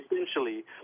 essentially